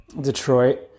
Detroit